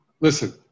Listen